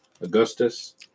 Augustus